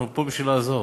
אנחנו פה בשביל לעזור.